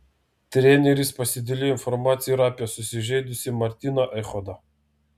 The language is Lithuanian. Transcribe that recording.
treneris pasidalijo informacija ir apie susižeidusį martyną echodą